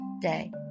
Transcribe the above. day